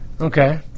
Okay